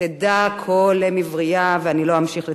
"תדע כל אם עברייה" ואני לא אמשיך לצטט.